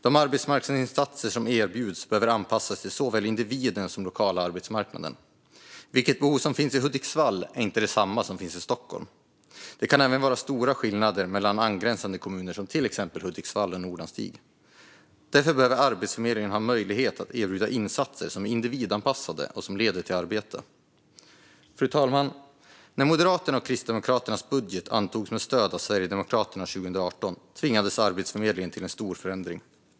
De arbetsmarknadsinsatser som erbjuds behöver anpassas till såväl individen som den lokala arbetsmarknaden. Det behov som finns i Hudiksvall är inte detsamma som det som finns i Stockholm. Det kan även vara stora skillnader mellan angränsande kommuner som till exempel Hudiksvall och Nordanstig. Därför behöver Arbetsförmedlingen ha möjlighet att erbjuda insatser som är individanpassade och som leder till arbete. Fru talman! När Moderaternas och Kristdemokraternas budget antogs med stöd av Sverigedemokraterna 2018 tvingades Arbetsförmedlingen till en stor förändring.